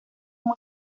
muy